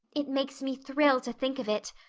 it makes me thrill to think of it.